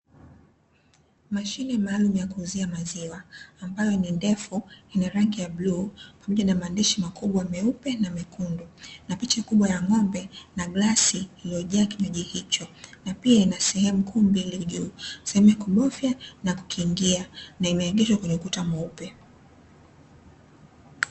Mashine malumu ya kuuzia maziwa ambayo ni ndefu ina rangi ya bluu pamoja na maandishi makubwa meupe na mekundu, na picha kubwa ya ng'ombe na glasi iliyojaa kinywaji hicho na pia ina sehemu kuu mbili juu sehemu ya kubofya na kukingia na imeegeshwa kwenye ukuta mweupe.